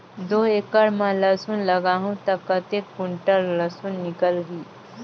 दो एकड़ मां लसुन लगाहूं ता कतेक कुंटल लसुन निकल ही?